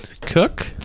cook